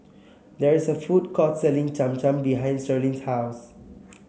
there is a food court selling Cham Cham behind Sharlene's house